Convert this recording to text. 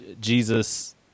Jesus